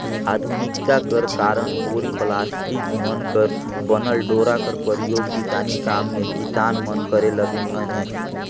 आधुनिकता कर कारन बोरी, पलास्टिक मन कर बनल डोरा कर परियोग किसानी काम मे किसान मन करे लगिन अहे